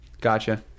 gotcha